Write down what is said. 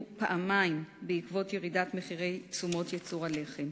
פעמיים בעקבות ירידת מחירי תשומות ייצור הלחם,